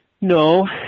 No